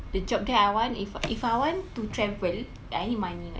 the job that I want if if I want to travel I need money [what]